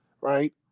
right